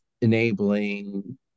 enabling